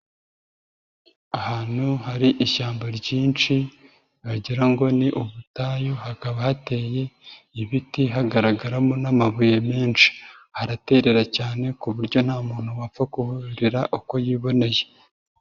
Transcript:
Ahantu hari ishyamba ryinshi wagira ngo ni ubutayu, hakaba hateye ibiti hagaragaramo n'amabuye menshi. Haraterera cyane ku buryo nta muntu wapfa kuhurira uko yiboneye.